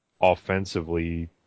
offensively